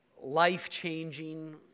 life-changing